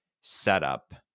setup